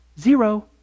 zero